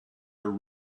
are